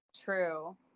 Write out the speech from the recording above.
true